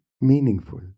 meaningful